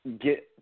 get